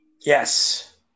Yes